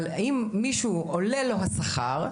אבל אם למישהו עולה השכר,